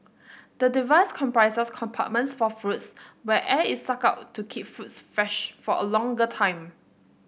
the device comprises compartments for fruits where air is sucked out to keep fruits fresh for a longer time